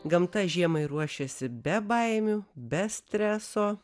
gamta žiemai ruošiasi be baimių be streso